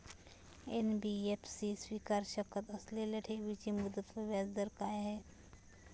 NBFC स्वीकारु शकत असलेल्या ठेवीची मुदत व व्याजदर काय आहे?